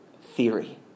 theory